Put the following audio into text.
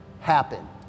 happen